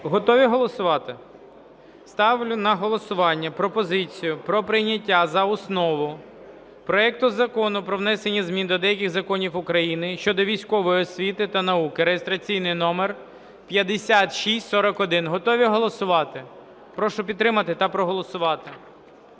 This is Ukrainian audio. Готові голосувати? Ставлю на голосування пропозицію про прийняття за основу проекту Закону про внесення змін до деяких законів України щодо військової освіти та науки (реєстраційний номер 5641). Готові голосувати? Прошу підтримати та проголосувати.